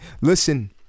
listen